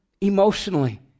emotionally